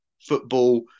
football